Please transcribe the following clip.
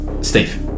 Steve